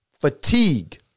fatigue